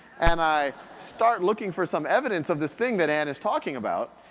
and i start looking for some evidence of this thing that ann is talking about.